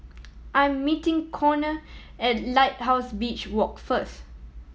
I am meeting Konner at Lighthouse Beach Walk first